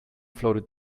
floated